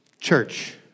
Church